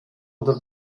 oder